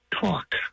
talk